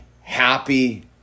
happy